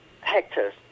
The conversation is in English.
hectares